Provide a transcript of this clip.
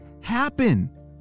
happen